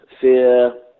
fear